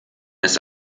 ist